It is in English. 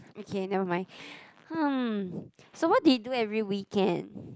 okay never mind hmm so what do you do every weekend